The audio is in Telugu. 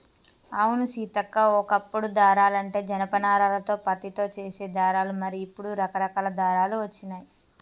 అవును సీతక్క ఓ కప్పుడు దారాలంటే జనప నారాలతో పత్తితో చేసే దారాలు మరి ఇప్పుడు రకరకాల దారాలు వచ్చినాయి